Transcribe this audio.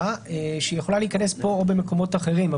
שיכולה להיכנס לפה או למקומות אחרים?